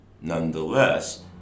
Nonetheless